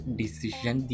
decision